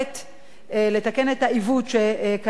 לתקן את העיוות שקיים היום,